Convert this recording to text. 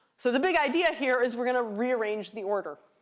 so the big idea here is we're going to rearrange the order.